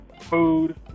food